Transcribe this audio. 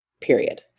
period